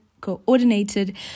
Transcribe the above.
coordinated